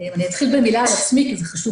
אני אתחיל במילה על עצמי כי זה חשוב